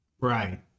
right